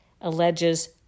alleges